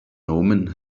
omen